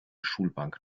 schulbank